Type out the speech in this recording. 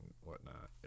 whatnot